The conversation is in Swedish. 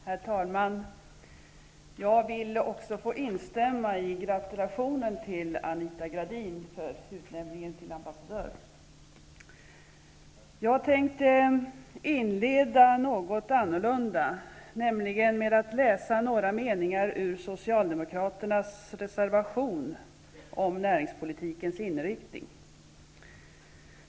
Herr talman! Jag vill instämma i gratulationen till Jag tänkte inleda med att göra något ovanligt, nämligen läsa några meningar ur socialdemokraternas reservation om näringspolitikens inriktning.